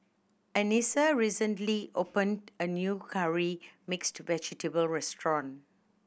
Anissa recently opened a new Curry Mixed Vegetable restaurant